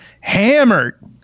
hammered